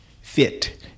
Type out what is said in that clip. fit